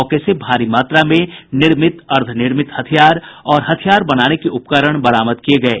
मौके से भारी मात्रा में निर्मित अर्द्वनिर्मित हथियार और हथियार बनाने के उपकरण बरामद किये गये